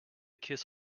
kiss